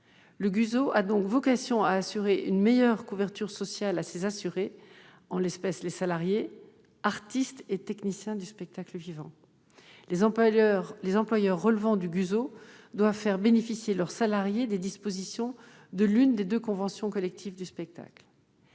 Le GUSO a donc vocation à assurer une meilleure couverture sociale à ses assurés, en l'occurrence les salariés, artistes et techniciens du spectacle vivant. Les employeurs relevant du GUSO doivent faire bénéficier leurs salariés des dispositions de l'une des deux conventions collectives du spectacle.